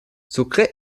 sucre